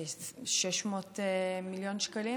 600 מיליון שקלים,